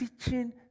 teaching